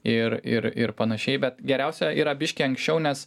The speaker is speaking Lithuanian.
ir ir ir panašiai bet geriausia yra biškį anksčiau nes